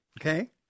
okay